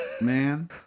man